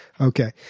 okay